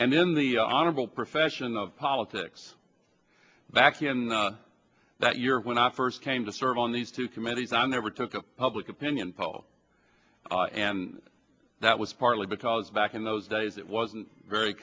and then the honorable profession of politics back in that year when i first came to serve on these two committees i never took a public opinion poll and that was partly because back in those days it wasn't very